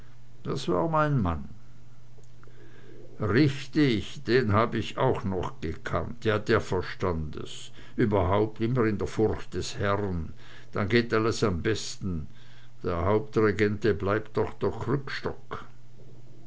das war mein mann richtig den hab ich auch noch gekannt ja der verstand es überhaupt immer in der furcht des herrn dann geht alles am besten der hauptregente bleibt doch der krückstock